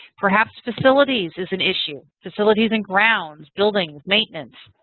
perhaps facilities is an issue. facilities and grounds, buildings, maintenance.